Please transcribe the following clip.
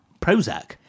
Prozac